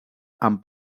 amb